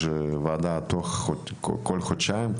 יש ועדה כל חודשיים,